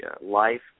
life